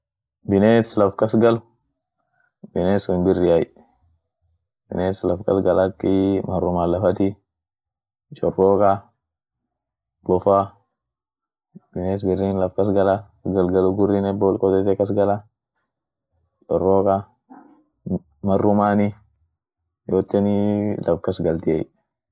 biness laf kas gal, bines sun birriay, bines laf kas gal akii marruman lafati, choroka, bofa, biness birrin laf kas gala, galgalo gurinen bol kotete kas gala, choroka, marumani, yooteni laf kas galtiey.